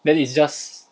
then it's just